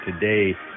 today